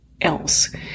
else